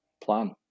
plan